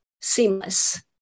seamless